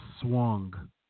swung